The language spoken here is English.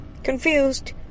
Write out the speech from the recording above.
Confused